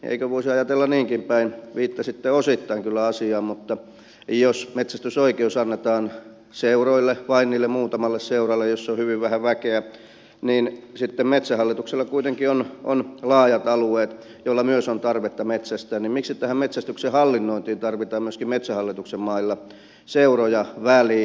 eikö voisi ajatella niinkin päin viittasitte osittain kyllä asiaan että jos metsästysoikeus annetaan seuroille vain niille muutamalle seuralle joissa on hyvin vähän väkeä ja sitten metsähallituksella kuitenkin on laajat alueet joilla myös on tarvetta metsästää niin miksi tähän metsästyksen hallinnointiin tarvitaan myöskin metsähallituksen mailla seuroja väliin